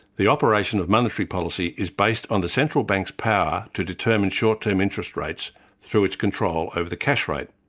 the operation of monetary policy is based on the central bank's power to determine short-term interest rates through its control over the cash rate.